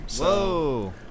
Whoa